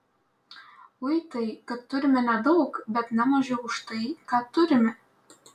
ui tai kad turime nedaug bet ne mažiau už tai ką turime